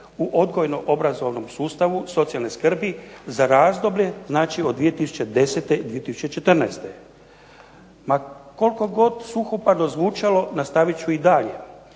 u odgojno-obrazovnom sustavu socijalne skrbi za razdoblje znači od 2010. i 2014. Ma koliko god suhoparno zvučalo nastavit ću i dalje.